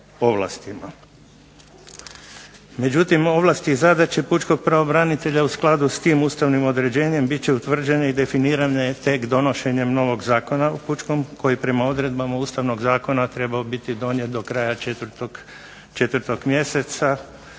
Međutim, ovlasti i zadaće pučkog pravobranitelja u skladu s tim ustavnim određenjem bit će utvrđene i definirane tek donošenjem novog zakona o pučkom koji je prema odredbama Ustavnog zakona trebao biti donijet do kraja 4. mjeseca,